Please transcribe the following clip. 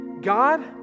God